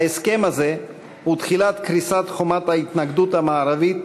ההסכם הזה הוא תחילת קריסת חומת ההתנגדות המערבית